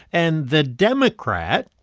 and the democrat,